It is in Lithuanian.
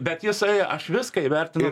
bet jsai aš viską įvertinu